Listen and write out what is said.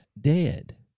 dead